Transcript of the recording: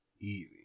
easy